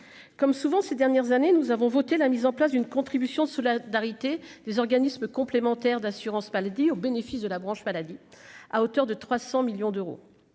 comme souvent ces dernières années, nous avons voté la mise en place d'une contribution la d'arrêter les organismes complémentaires d'assurance maladie, au bénéfice de la branche maladie à hauteur de 300 millions d'euros,